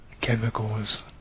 Chemicals